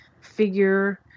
figure